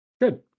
Good